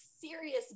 Serious